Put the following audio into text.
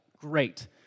Great